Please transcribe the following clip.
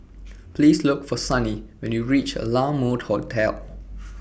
Please Look For Sunny when YOU REACH La Mode Hotel